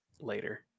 later